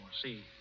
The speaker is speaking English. see